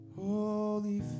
Holy